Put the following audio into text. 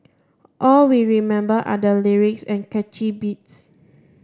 all we remember are the lyrics and catchy beats